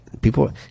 People